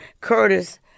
Curtis